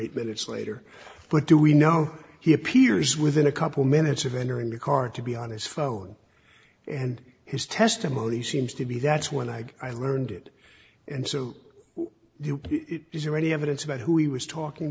eight minutes later what do we know he appears within a couple minutes of entering the car to be on his phone and his testimony seems to be that's when i learned it and so is there any evidence about who he was talking